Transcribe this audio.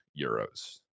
euros